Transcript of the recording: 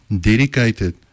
dedicated